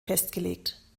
festgelegt